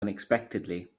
unexpectedly